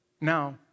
now